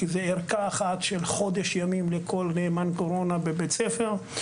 כי זה ערכה אחת של חודש ימים לכל נאמן קורונה בבית ספר,